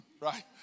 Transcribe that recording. right